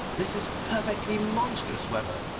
this is perfectly monstrous weather.